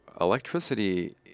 electricity